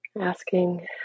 Asking